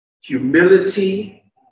humility